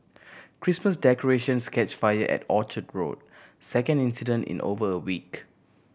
Christmas decorations catch fire at Orchard second incident in over a week